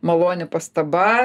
maloni pastaba